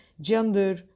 gender